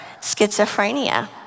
schizophrenia